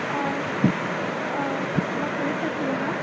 অ অ বাতৰিত পাইছিলোঁ ন'